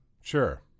sure